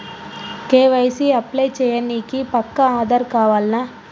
KYC apply చేయనీకి పక్కా ఆధార్ కావాల్నా?